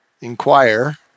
inquire